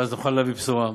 ואז נוכל להביא בשורה.